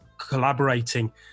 collaborating